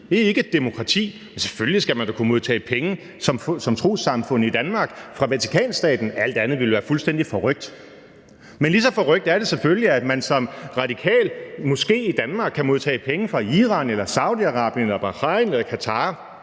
Det er ikke et demokrati. Men selvfølgelig skal man da kunne modtage penge som trossamfund i Danmark fra Vatikanstaten. Alt andet ville være fuldstændig forrykt. Men lige så forrykt er det selvfølgelig, at man som radikal moské i Danmark kan modtage penge fra Iran, Saudi-Arabien, Bahrain eller Qatar